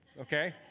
okay